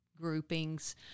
groupings